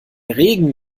regen